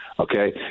Okay